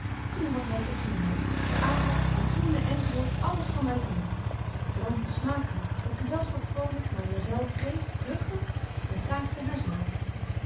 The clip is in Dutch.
toen hadt hy t op zyn lyf de arak de citroenen enz alles kwam uit den hoek de drank was smakelyk het gezelschap vrolyk mademoiselle g kluchtig en saartje haar